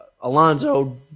Alonso